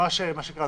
מה שנקרא,